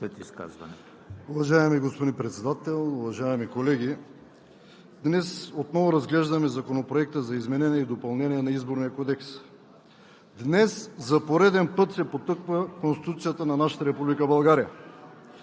Уважаеми господин Председател, уважаеми колеги! Днес отново разглеждаме Законопроекта за изменение и допълнение на Изборния кодекс. Днес за пореден път се потъпква Конституцията на нашата Република България.